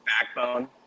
backbone